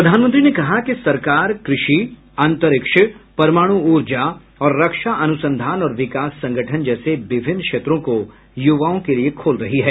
प्रधानमंत्री ने कहा कि सरकार कृषि अंतरिक्ष परमाणु ऊर्जा और रक्षा अनुसंधान और विकास संगठन जैसे विभिन्न क्षेत्रों को युवाओं के लिए खोल रही है